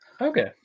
Okay